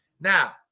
Now